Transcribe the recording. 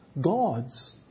God's